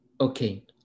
Okay